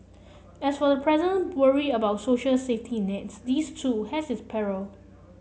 as for the present worry about social safety nets this too has its parallel